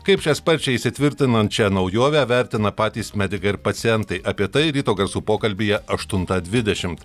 kaip šią sparčiai įsitvirtinančią naujovę vertina patys medikai ir pacientai apie tai ryto garsų pokalbyje aštuntą dvidešimt